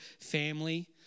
family